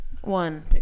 one